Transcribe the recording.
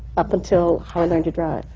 up until how i learned to drive.